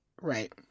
Right